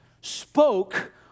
spoke